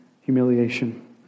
humiliation